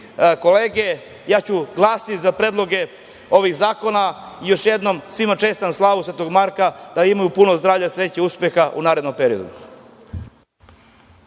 ja ću glasati za predloge ovih zakona i još jednom svima čestitam slavu Svetog Marka, da imaju puno zdravlja, sreće, uspeha u narednom periodu.